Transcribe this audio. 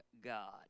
God